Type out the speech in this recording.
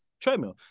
treadmill